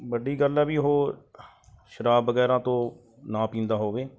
ਵੱਡੀ ਗੱਲ ਹੈ ਵੀ ਉਹ ਸ਼ਰਾਬ ਵਗੈਰਾ ਤੋਂ ਨਾ ਪੀਂਦਾ ਹੋਵੇ